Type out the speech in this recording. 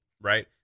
right